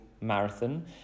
marathon